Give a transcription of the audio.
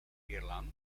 irland